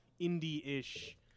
indie-ish